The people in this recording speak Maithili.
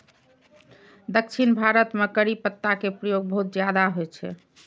दक्षिण भारत मे करी पत्ता के प्रयोग बहुत ज्यादा होइ छै